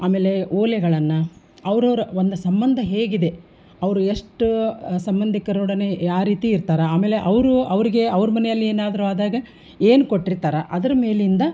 ಆಮೇಲೆ ಓಲೆಗನ್ನು ಅವ್ರವರ ಒಂದು ಸಂಬಂಧ ಹೇಗಿದೆ ಅವ್ರು ಎಷ್ಟು ಸಂಬಂಧಿಕರೊಡನೆ ಯಾವ ರೀತಿ ಇರ್ತಾರೆ ಆಮೇಲೆ ಅವರು ಅವ್ರಿಗೆ ಅವ್ರ ಮನೇಲಿ ಏನಾದರೂ ಆದಾಗ ಏನು ಕೊಟ್ಟಿರ್ತಾರೆ ಅದ್ರ ಮೇಲಿಂದ